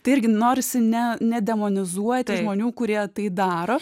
tai irgi norisi ne nedemonizuoti žmonių kurie tai daro